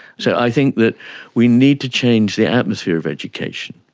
so i think that we need to change the atmosphere of education.